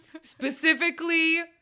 specifically